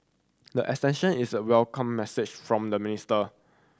the extension is a welcome message from the minister